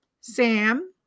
Sam